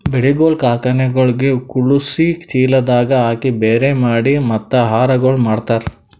ಬೆಳಿಗೊಳ್ ಕಾರ್ಖನೆಗೊಳಿಗ್ ಖಳುಸಿ, ಚೀಲದಾಗ್ ಹಾಕಿ ಬ್ಯಾರೆ ಮಾಡಿ ಮತ್ತ ಆಹಾರಗೊಳ್ ಮಾರ್ತಾರ್